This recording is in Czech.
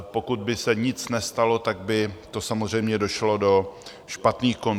Pokud by se nic nestalo, tak by to samozřejmě došlo do špatných konců.